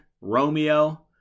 Romeo